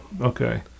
Okay